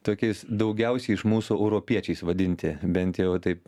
tokiais daugiausiai iš mūsų europiečiais vadinti bent jau taip